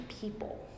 people